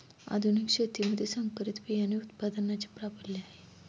आधुनिक शेतीमध्ये संकरित बियाणे उत्पादनाचे प्राबल्य आहे